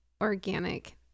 organic